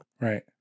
Right